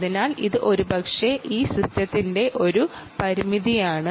അതിനാൽ ഇത് ഒരുപക്ഷേ ഈ സിസ്റ്റത്തിന്റെ ഒരു പരിമിതിയാണ്